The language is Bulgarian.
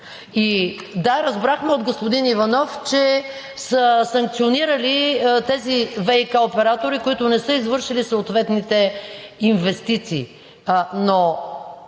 Да, разбрахме от господин Иванов, че са санкционирали тези ВиК оператори, които не са извършили съответните инвестиции,